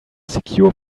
secure